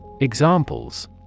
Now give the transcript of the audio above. Examples